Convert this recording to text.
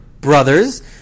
brothers